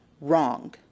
wrong